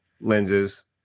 lenses